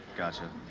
gotcha,